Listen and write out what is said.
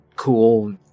cool